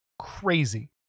crazy